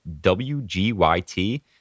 WGYT